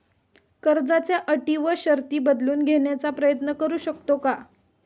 कर्जाच्या अटी व शर्ती बदलून घेण्याचा प्रयत्न करू शकतो का?